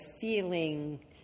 feeling